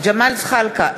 ג'מאל זחאלקה,